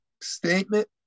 Statement